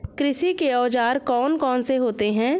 कृषि के औजार कौन कौन से होते हैं?